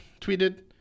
tweeted